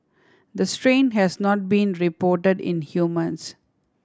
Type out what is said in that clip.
the strain has not been reported in humans